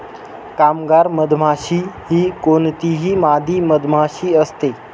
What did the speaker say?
कामगार मधमाशी ही कोणतीही मादी मधमाशी असते